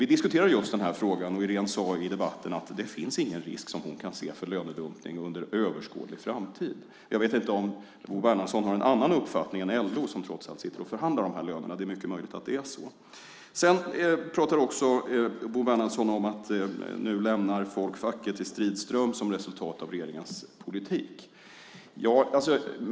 Vi diskuterade just den frågan, och hon sade i debatten att det inte finns någon risk för lönedumpning, såvitt hon kan se, under en överskådlig framtid. Jag vet inte om Bo Bernhardsson har en annan uppfattning än LO som trots allt förhandlar om de här lönerna. Det är mycket möjligt att det är så. Sedan pratar Bo Bernhardsson också om att folk nu lämnar facket i strid ström som resultat av regeringens politik.